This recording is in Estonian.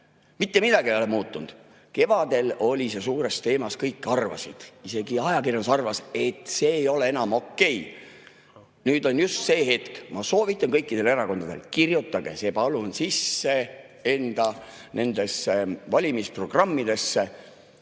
mitte midagi ei ole muutunud. Kevadel oli see suur teema, kõik arvasid, isegi ajakirjandus arvas, et see ei ole enam okei. Nüüd on just see aeg. Ma soovitan kõikidele erakondadele, et kirjutage see palun enda valimisprogrammidesse